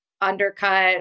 undercut